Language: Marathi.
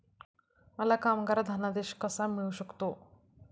मला कामगार धनादेश कसा मिळू शकतो?